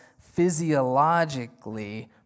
physiologically